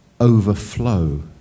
overflow